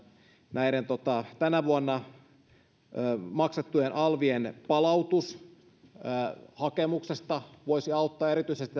näiden tänä vuonna maksettujen alvien palautus hakemuksesta voisi auttaa erityisesti